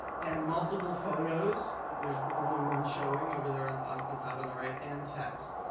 and multiple photos. there's only one showing over there on on top on the right, and text.